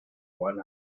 one